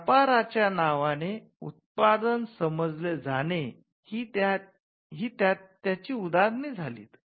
व्यापाराच्या नावाने उत्पादन समजले जाणे ही त्याची उदाहरणे झालीत